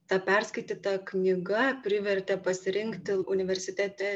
ta perskaityta knyga privertė pasirinkti universitete